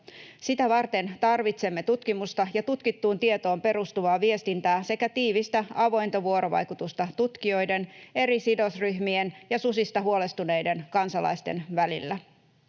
Sitä varten tarvitsemme tutkimusta ja tutkittuun tietoon perustuvaa viestintää sekä tiivistä, avointa vuorovaikutusta tutkijoiden, eri sidosryhmien ja susista huolestuneiden kansalaisten välillä.